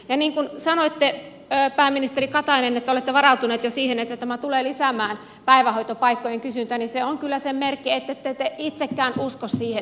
ja kun sanoitte pääministeri katainen että olette varautuneet jo siihen että tämä tulee lisäämään päivähoitopaikkojen kysyntää niin se on kyllä sen merkki ettette te itsekään usko siihen